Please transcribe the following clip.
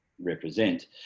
represent